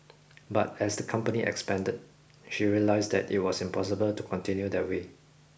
but as the company expanded she realised that it was impossible to continue that way